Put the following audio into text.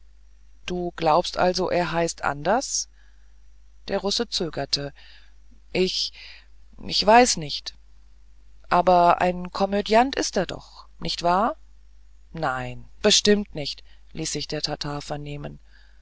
du glaubst also er heißt anders der russe zögerte ich ich weiß nicht aber ein komödiant ist er doch nicht wahr nein bestimmt nicht ließ sich der tatar vernehmen